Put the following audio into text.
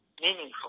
meaningful